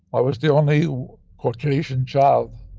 i was the only caucasian child.